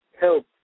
help